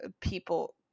people